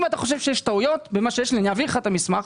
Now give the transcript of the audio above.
אם אתה חושב שיש טעויות במה שאני אומר אני אעביר לך את המסמך.